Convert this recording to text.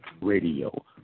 radio